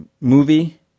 movie